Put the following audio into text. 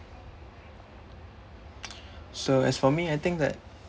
so as for me I think that